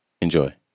enjoy